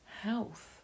health